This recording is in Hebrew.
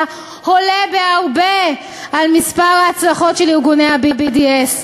עולה בהרבה על מספר ההצלחות של ארגוני ה-BDS: